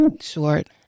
short